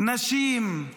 נשים,